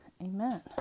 Amen